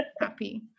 happy